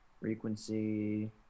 frequency